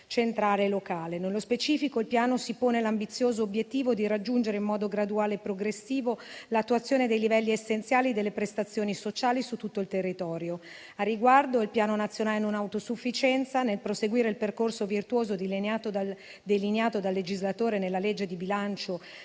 centrale e locale. Nello specifico, il Piano si pone l'ambizioso obiettivo di raggiungere, in modo graduale e progressivo, l'attuazione dei livelli essenziali delle prestazioni sociali su tutto il territorio. Al riguardo, il Piano nazionale per la non autosufficienza, nel proseguire il percorso virtuoso delineato dal legislatore nella legge di bilancio